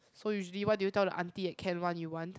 so usually what do you tell the Auntie at can one you want